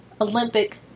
Olympic